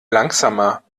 langsamer